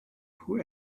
who